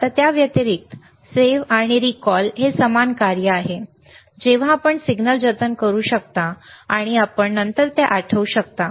आता त्या व्यतिरिक्त सेव्ह आणि रिकॉल हे समान कार्य आहे जे आपण सिग्नल जतन करू शकता आणि आपण नंतर ते आठवू शकता